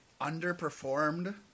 underperformed